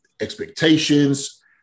expectations